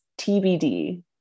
TBD